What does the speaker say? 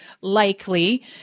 likely